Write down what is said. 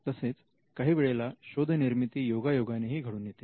तसेच काही वेळेला शोध निर्मिती योगायोगाने ही घडून येते